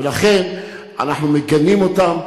ולכן אנחנו מגנים אותם.